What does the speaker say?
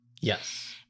Yes